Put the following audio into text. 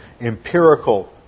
empirical